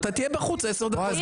אתה תהיה בחוץ 10 דקות.